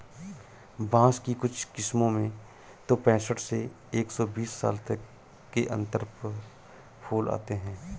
बाँस की कुछ किस्मों में तो पैंसठ से एक सौ बीस साल तक के अंतर पर फूल आते हैं